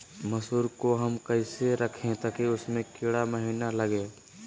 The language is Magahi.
मसूर को हम कैसे रखे ताकि उसमे कीड़ा महिना लगे?